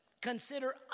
Consider